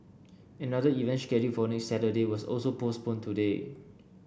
another event scheduled for next Saturday was also postponed today